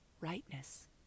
rightness